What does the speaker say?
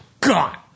god